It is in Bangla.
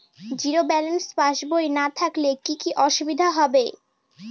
জিরো ব্যালেন্স পাসবই না থাকলে কি কী অসুবিধা হবে?